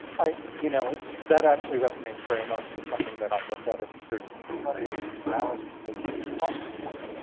you know that actually resonates very much with something that i look at in the period i study which is maoist approaches to thought reform.